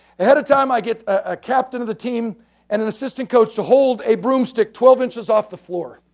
ahead of time i get a captain of the team and an assistant coach to hold a broomstick twelve inches off the floor.